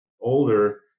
older